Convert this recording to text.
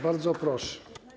Bardzo proszę.